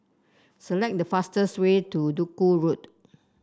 select the fastest way to Duku Road